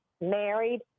married